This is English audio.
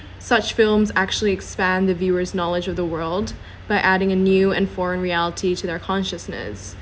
such films actually expand the viewers knowledge of the world by adding a new and foreign reality to their consciousness